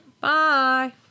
Bye